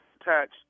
attached